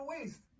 waste